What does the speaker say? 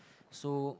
so